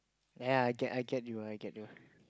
ya I get I get you I get you